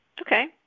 Okay